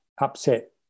upset